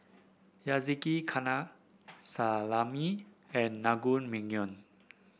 Salami and Naengmyeon